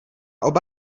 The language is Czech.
oba